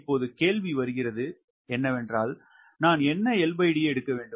இப்போது கேள்வி வருகிறது நான் என்ன LD எடுக்க வேண்டும்